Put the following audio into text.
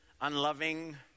unloving